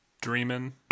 dreaming